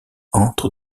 entre